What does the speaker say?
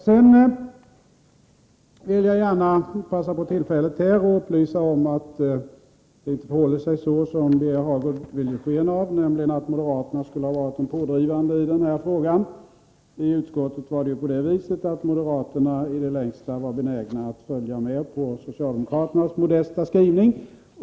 Sedan vill jag gärna passa på tillfället att upplysa om att det inte förhåller sig som Birger Hagård vill ge sken av, nämligen att moderaterna skulle ha varit pådrivande i den här frågan. I utskottet var moderaterna i det längsta benägna att följa med på socialdemokraternas modesta skrivning.